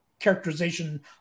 characterization